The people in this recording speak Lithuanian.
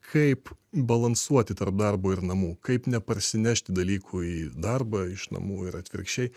kaip balansuoti tarp darbo ir namų kaip neparsinešti dalykų į darbą iš namų ir atvirkščiai